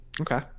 Okay